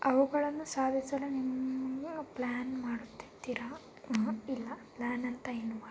ಅವುಗಳನ್ನು ಸಾಧಿಸಲು ನಿಮ್ಮ ಪ್ಲಾನ್ ಮಾಡುತ್ತಿದ್ದೀರಾ ನೋ ಇಲ್ಲ ಪ್ಲಾನ್ ಅಂತ ಏನೂ ಮಾಡುತ್ತಿಲ್ಲ